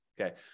Okay